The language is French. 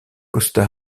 costa